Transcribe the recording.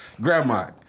Grandma